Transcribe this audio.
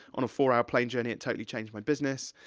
on a four-hour plane journey it totally changed my business.